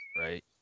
Right